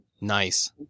Nice